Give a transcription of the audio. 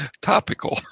Topical